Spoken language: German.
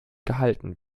gehalten